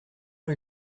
rue